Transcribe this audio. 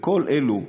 כל אלו,